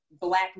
Black